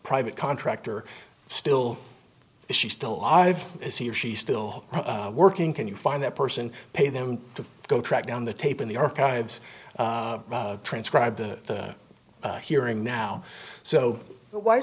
private contractor still if she's still alive is he or she still working can you find that person pay them to go track down the tape in the archives transcribe the hearing now so why